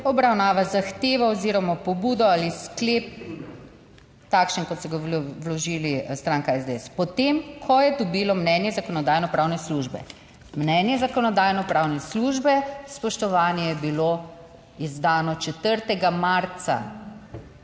"obravnava zahtevo oziroma pobudo ali sklep, takšen kot so ga vložili stranka SDS, po tem, ko je dobilo mnenje Zakonodajno-pravne službe. Mnenje Zakonodajno-pravne službe, spoštovani, je bilo izdano 4. marca.